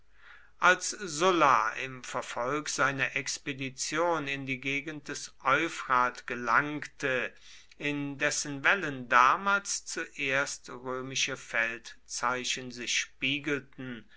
als sulla im verfolg seiner expedition in die gegend des euphrat gelangte in dessen wellen damals zuerst römische feldzeichen sich spiegelten